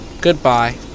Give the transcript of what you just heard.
Goodbye